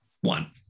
One